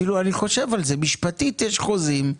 אני חושב על זה, משפטית יש חוזים,